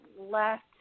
left